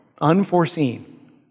unforeseen